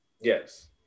Yes